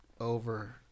over